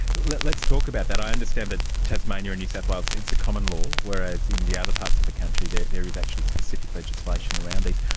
let's talk about that. i understand that tasmania and new south wales, it's a common law, whereas in the other parts of the country there is actually specific legislation around these.